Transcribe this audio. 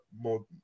more